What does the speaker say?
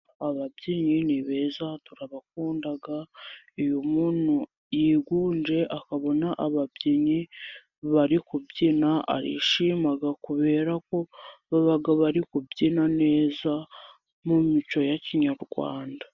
Ababyi ni beza turabakunda, iyo umuntu yigunze akabona ababyinnyi bari kubyina, arishima kubera ko baba bari kubyina neza mu mico ya kinyarwanda.